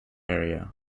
area